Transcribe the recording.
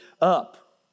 up